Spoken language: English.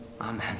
amen